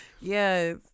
yes